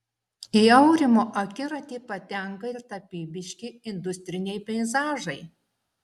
į aurimo akiratį patenka ir tapybiški industriniai peizažai